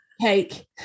Cake